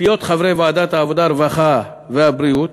כשציפיות חברי ועדת העבודה, הרווחה והבריאות